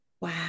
wow